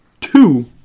two